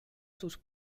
sus